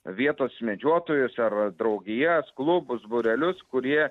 vietos medžiotojus ar draugijas klubus būrelius kurie